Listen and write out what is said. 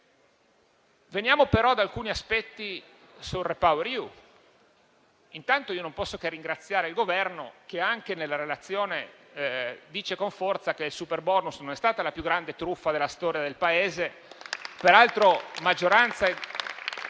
Veniamo ad alcuni aspetti sul REPowerEU. Intanto io non posso che ringraziare il Governo che anche nella relazione dice con forza che il superbonus non è stata la più grande truffa della storia del Paese.